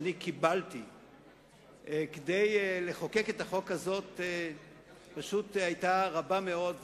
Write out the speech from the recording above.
שאני קיבלתי כדי לחוקק את החוק הזה היתה רבה מאוד,